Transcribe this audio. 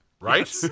Right